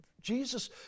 Jesus